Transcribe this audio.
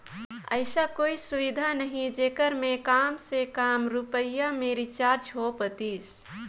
ऐसा कोई सुविधा नहीं जेकर मे काम से काम रुपिया मे रिचार्ज हो पातीस?